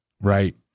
right